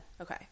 Okay